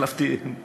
החלפתי,